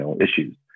issues